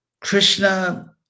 Krishna